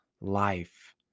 life